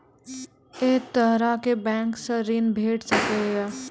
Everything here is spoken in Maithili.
ऐ तरहक बैंकोसऽ ॠण भेट सकै ये?